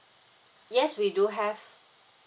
yes we do have